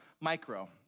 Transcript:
micro